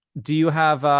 do you have